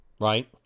right